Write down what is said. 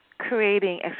creating